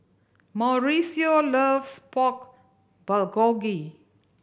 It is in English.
Mauricio loves Pork Bulgogi